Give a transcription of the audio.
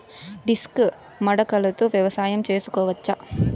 Disc మడకలతో వ్యవసాయం చేసుకోవచ్చా??